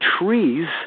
trees